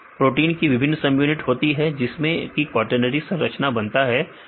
protein की विभिन्न subunit होती है जिससे कि क्वार्टनरि संरचना बनता है